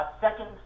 Second